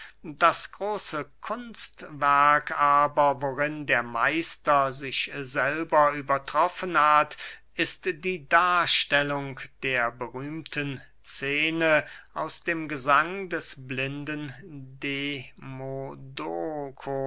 das große kunstwerk aber worin der meister sich selbst übertroffen hat ist die darstellung der berühmten scene aus dem gesang des blinden